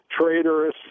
traitorous